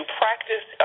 practice